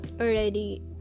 already